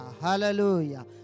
Hallelujah